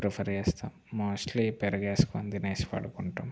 prefer చేస్తాం mostly పెరుగేసుకొని తినేసి పడుకుంటాం